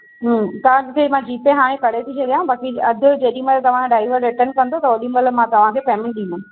त अॻिते मां जी पे हाणे करे थी छॾिया बाक़ी अधु जेॾीमहिल तव्हांजो ड्राइवर रिटर्न कंदो त ओॾीमहिल मां तव्हांखे पेमेंट ॾींदमि